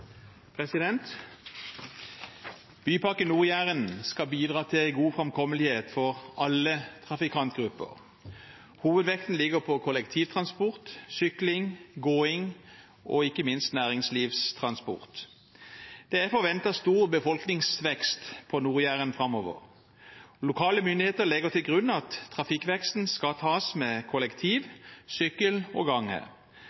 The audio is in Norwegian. Bypakke Nord-Jæren skal bidra til god framkommelighet for alle trafikantgrupper. Hovedvekten ligger på kollektivtransport, sykling, gåing og ikke minst næringslivstransport. Det er forventet stor befolkningsvekst på Nord-Jæren framover. Lokale myndigheter legger til grunn at trafikkveksten skal tas med